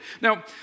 Now